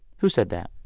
who said that?